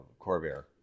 Corvair